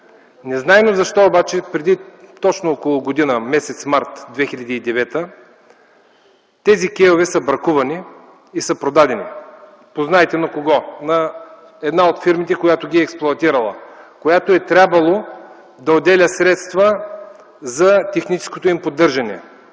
Незнайно защо обаче преди около година – месец март 2009 г., тези кейове са бракувани и продадени. Познайте на кого? На една от фирмите, която ги е експлоатирала и която е трябвало да отделя средства за техническото им поддържане.